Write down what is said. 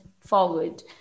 forward